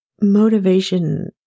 motivation